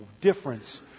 difference